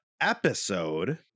episode